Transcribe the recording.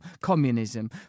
communism